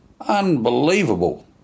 Unbelievable